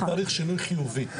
זה שינוי חיובי.